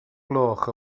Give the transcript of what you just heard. gloch